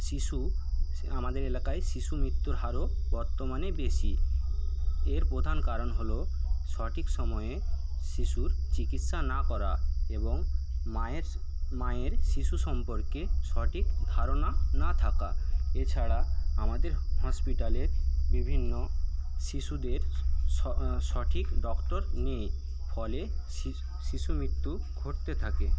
শিশু আমাদের এলাকায় শিশু মৃত্যুর হারও বর্তমানে বেশি এর প্রধান কারণ হল সঠিক সময়ে শিশুর চিকিৎসা না করা এবং মায়ের মায়ের শিশু সম্পর্কে সঠিক ধারণা না থাকা এছাড়া আমাদের হসপিটালের বিভিন্ন শিশুদের সঠিক ডক্টর নেই ফলে শিশু মৃত্যু ঘটতে থাকে